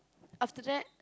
after that